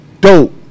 dope